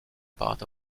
part